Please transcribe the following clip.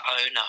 owner